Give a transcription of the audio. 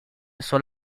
son